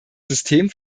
system